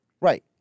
Right